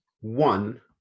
one